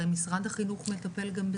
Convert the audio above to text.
הרי משרד החינוך מטפל גם בזה.